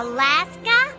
Alaska